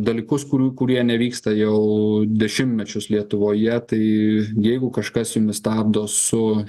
dalykus kurių kurie nevyksta jau dešimtmečius lietuvoje tai jeigu kažkas jumis stabdo su